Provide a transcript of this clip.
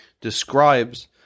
describes